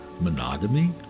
Monogamy